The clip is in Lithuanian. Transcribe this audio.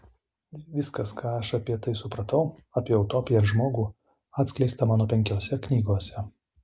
viskas ką aš apie tai supratau apie utopiją ir žmogų atskleista mano penkiose knygose